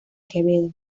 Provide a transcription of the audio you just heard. quevedo